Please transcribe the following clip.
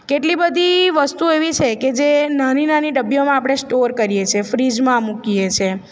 કેટલી બધી વસ્તુ એવી છે કે જે નાની નાની ડબ્બીઓમાં આપણે સ્ટોર કરીએ છીએ ફ્રીઝમાં મુકીએ છીએ